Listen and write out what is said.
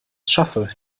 schaffe